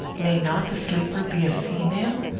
may not the sleeper be a female?